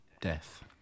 death